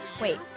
Wait